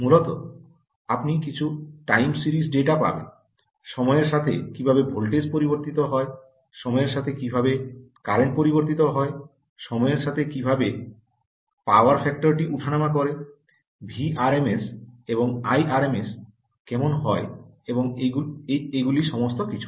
মূলত আপনি কিছু টাইম সিরিজ ডেটা পাবেন সময়ের সাথে কীভাবে ভোল্টেজ পরিবর্তিত হয় সময়ের সাথে কীভাবে কারেন্ট পরিবর্তিত হয় সময়ের সাথে কীভাবে পাওয়ার ফ্যাক্টরটি ওঠানামা করে ভিআরএমএস এবং আইআরএমএস কেমন হয় এবং এগুলি সমস্ত কিছু